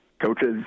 coaches